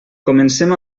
comencem